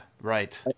right